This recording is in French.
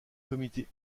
comités